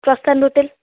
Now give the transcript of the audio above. Prashant hotel